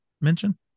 mention